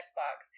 Xbox